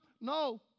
No